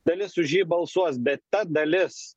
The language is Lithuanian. dalis už jį balsuos bet ta dalis